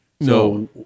No